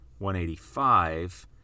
185